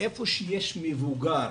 ואיפה שיש מבוגר